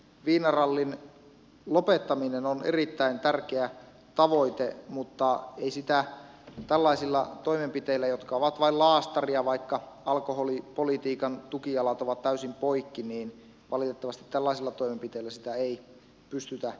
viinarallin lopettaminen on erittäin tärkeä tavoite mutta ei sitä tällaisilla toimenpiteillä jotka ovat vain laastaria kun alkoholipolitiikan tukijalat ovat täysin poikki valitettavasti pystytä lopettamaan